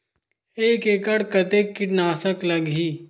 एक एकड़ कतेक किट नाशक लगही?